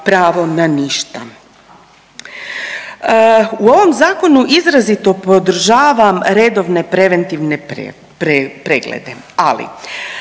U ovom zakonu izrazito podržavam redovne preventivne preglede, ali